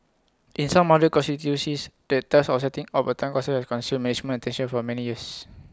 in some other constituencies the task of setting up A Town Council consumed management attention for many years